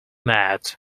mad